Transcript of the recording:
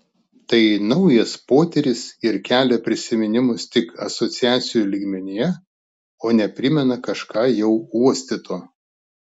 tai naujas potyris ir kelia prisiminimus tik asociacijų lygmenyje o ne primena kažką jau uostyto